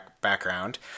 background